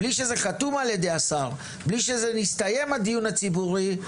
בלי שזה חתום על ידי השר ובלי שהסתיים הדיון הציבורי,